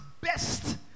best